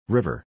River